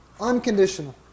Unconditional